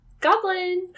goblin